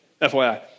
FYI